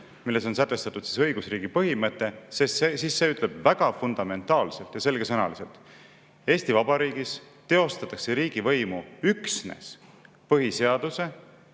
milles on sätestatud õigusriigi põhimõte, siis näeme, et see ütleb väga fundamentaalselt ja selgesõnaliselt: Eesti Vabariigis teostatakse riigivõimu üksnes põhiseaduse